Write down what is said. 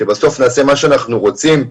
שבסוף נעשה מה שאנחנו רוצים?